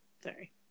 sorry